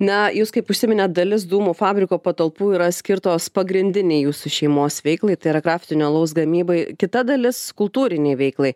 na jūs kaip užsiminėt dalis dūmų fabriko patalpų yra skirtos pagrindinei jūsų šeimos veiklai tai yra kraftinio alaus gamybai kita dalis kultūrinei veiklai